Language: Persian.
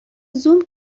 زوم